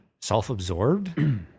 self-absorbed